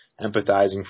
empathizing